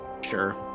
Sure